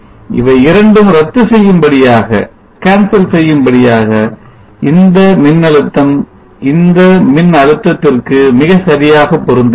இவையிரண்டும் ரத்து செய்யும்படியாக இந்த மின்னழுத்தம் இந்த மின் அழுத்தத்திற்கு மிகச்சரியாக பொருந்துகிறது